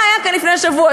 מה היה כאן לפני שבוע?